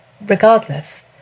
regardless